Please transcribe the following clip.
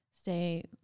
stay